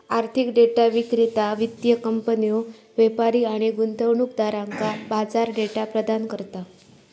आर्थिक डेटा विक्रेता वित्तीय कंपन्यो, व्यापारी आणि गुंतवणूकदारांका बाजार डेटा प्रदान करता